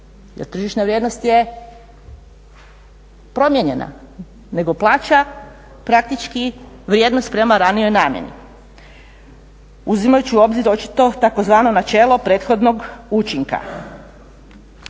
jer tržišna vrijednost je promijenjena, nego plaća praktički vrijednost prema ranijoj namjeni uzimajući u obzir očito tzv. načelo prethodnog učinka.